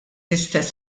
istess